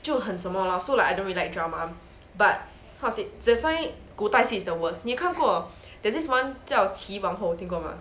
就很什么 lah so like I don't really like drama but how to say that's why 古代戏 is the worst 你有看过 there's this [one] 叫奇皇后有听过 mah